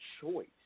choice